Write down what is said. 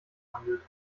handelt